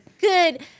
good